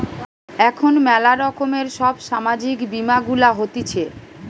এখন ম্যালা রকমের সব সামাজিক বীমা গুলা হতিছে